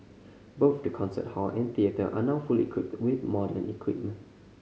both the concert hall and theatre are now fully equipped with modern equipment